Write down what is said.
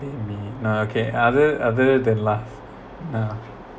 maybe no okay other other than laugh no